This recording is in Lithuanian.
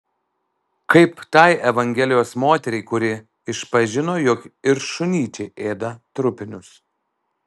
kaip tai evangelijos moteriai kuri išpažino jog ir šunyčiai ėda trupinius